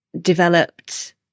developed